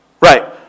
Right